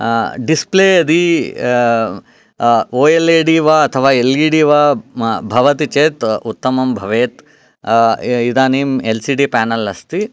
display यदि O L E D वा अथवा एल् इ डि वा भवति चेत् उत्तमं भवेत् इदानीं एल् सि डि पानल् अस्ति